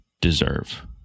deserve